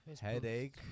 headache